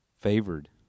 favored